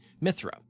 Mithra